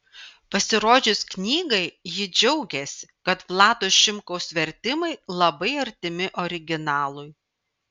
pasirodžius knygai ji džiaugėsi kad vlado šimkaus vertimai labai artimi originalui